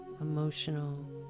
emotional